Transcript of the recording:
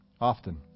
often